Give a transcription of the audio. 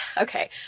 okay